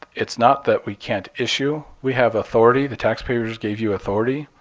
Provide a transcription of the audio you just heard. it's not that we can't issue. we have authority. the taxpayers gave you authority,